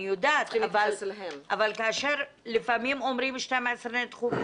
אני יודעת אבל לפעמים אומרים 12 נדחו,